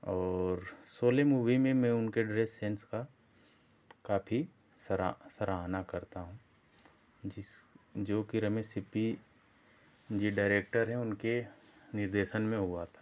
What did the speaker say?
और सोल मुभी में मैं उनके ड्रेस सेन्स का काफी सरा सराहना करता हूँ जिस जो की रमेश सिप्पी जी डायरेक्टर हैं उनके निर्देशन में हुआ था